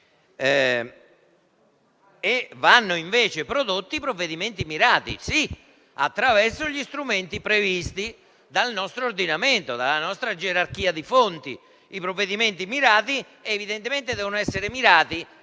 invece essere prodotti provvedimenti mirati, sì, ma attraverso gli strumenti previsti dal nostro ordinamento, della nostra gerarchia di fonti e i provvedimenti, evidentemente, devono essere mirati